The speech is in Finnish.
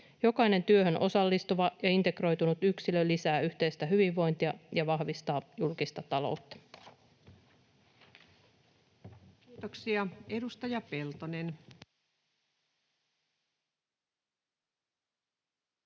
Jokainen työhön osallistuva ja integroitunut yksilö lisää yhteistä hyvinvointia ja vahvistaa julkista taloutta. Kiitoksia. — Edustaja Peltonen.